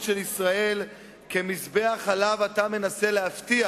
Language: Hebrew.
של ישראל כמזבח שעליו אתה מנסה להבטיח